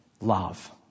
love